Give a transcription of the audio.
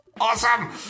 awesome